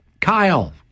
Kyle